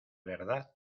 verdad